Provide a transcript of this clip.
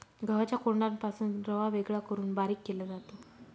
गव्हाच्या कोंडापासून रवा वेगळा करून बारीक केला जातो